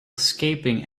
escaping